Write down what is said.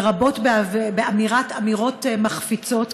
לרבות באמירת אמירות מחפיצות,